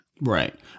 Right